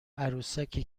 عروسکی